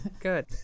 good